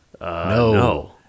no